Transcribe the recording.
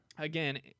Again